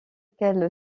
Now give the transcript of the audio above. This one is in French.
quelle